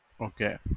okay